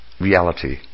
reality